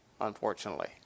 unfortunately